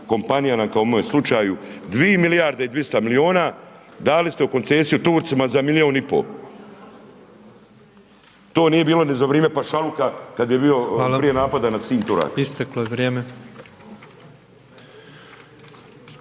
kompanijama kao u ovom slučaju, 2 milijarde i 200 milijuna dali ste u koncesiju Turcima za milijun i po, to nije bilo ni za vrime pašaluka kad je bio…/Upadica: